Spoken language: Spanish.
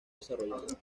desarrolladas